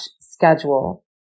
schedule